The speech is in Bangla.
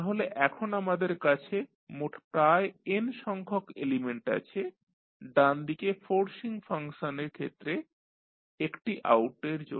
তাহলে এখন আমাদের কাছে মোট প্রায় n সংখ্যক এলিমেন্ট আছে ডানদিকে ফোর্সিং ফাংশনের ক্ষেত্রে একটি আউটের জন্য